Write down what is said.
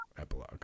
Epilogue